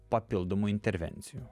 papildomų intervencijų